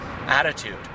attitude